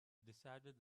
decided